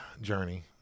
Journey